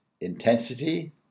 intensity